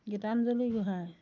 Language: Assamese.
গীতাঞ্জলি গোহাঁই